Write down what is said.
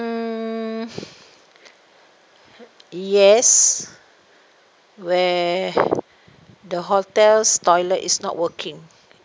mm yes where the hotel's toilet is not working